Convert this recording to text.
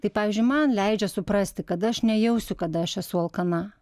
tai pavyzdžiui man leidžia suprasti kad aš nejausiu kada aš esu alkana